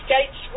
Gates